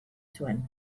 zuen